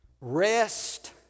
rest